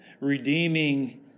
redeeming